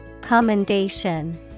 Commendation